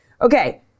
Okay